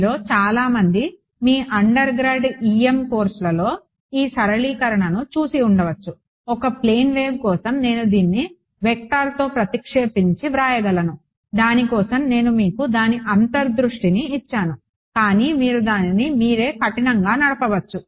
మీలో చాలా మంది మీ అండర్గ్రాడ్ EM కోర్సులో ఈ సరళీకరణను చూసి ఉండవచ్చు ఒక ప్లేన్ వేవ్ కోసం నేను దీన్ని వెక్టార్తో ప్రతిక్షేపించ చేయగలను దాని కోసం నేను మీకు దాని అంతర్దృష్టిని ఇచ్చాను కానీ మీరు దానిని మీరే కఠినంగా నడపవచ్చు